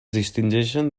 distingeixen